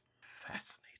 Fascinating